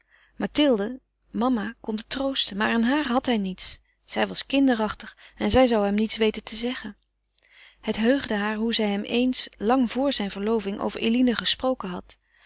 mathilde mama konden troosten maar aan haar had hij niets zij was kinderachtig en zij zou hem niets weten te zeggen het heugde haar hoe zij hem eens lang vor zijn verloving over eline gesproken had